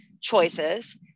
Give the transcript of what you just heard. choices